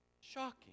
Shocking